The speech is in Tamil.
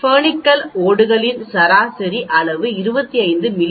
பர்னக்கிள் ஓடுகளின் சராசரி அளவு 25 மி